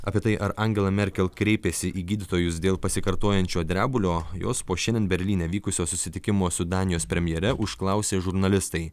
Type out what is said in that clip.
apie tai ar angela merkel kreipėsi į gydytojus dėl pasikartojančio drebulio jos po šiandien berlyne vykusio susitikimo su danijos premjere užklausė žurnalistai